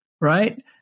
Right